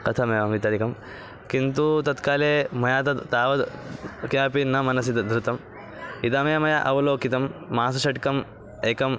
कथमेवहम् इत्यादिकं किन्तु तत्काले मया तत् तावत् कियापि मनसि धृतं धृतम् इदमे मया अवलोकितं मासषट्कम् एकम्